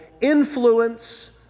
influence